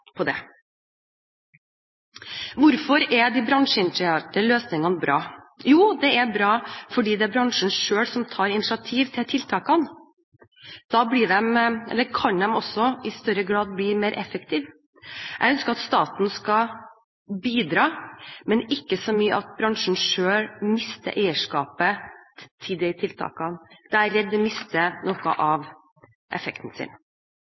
Hvorfor er de bransjeinitierte løsningene bra? Jo, de er bra fordi det er bransjen selv som tar initiativ til tiltakene. Da kan de i større grad bli mer effektive. Jeg ønsker at staten skal bidra, men ikke så mye at bransjen selv mister eierskapet til tiltakene. Da er jeg redd de mister noe av effekten.